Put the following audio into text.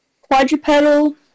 Quadrupedal